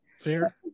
fair